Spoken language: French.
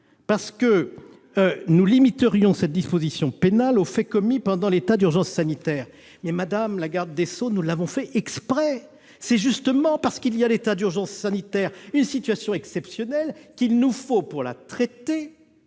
Nous limitons, dites-vous, cette disposition pénale aux faits commis pendant l'état d'urgence sanitaire. Mais, madame la garde des sceaux, nous l'avons fait exprès ! C'est justement parce qu'il y a l'état d'urgence sanitaire, une situation exceptionnelle, qu'il nous faut, pour la traiter,